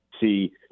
see –